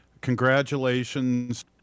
congratulations